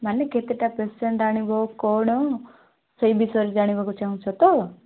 ମାନେ କେତେଟା ପେସେଣ୍ଟ୍ ଆଣିବ କ'ଣ ସେଇ ବିଷୟରେ ଜାଣିବାକୁ ଚାହୁଁଛ ତ